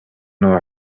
know